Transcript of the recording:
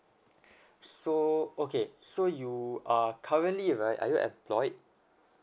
so okay so you are currently right are you employed